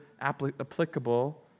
applicable